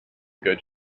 good